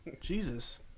Jesus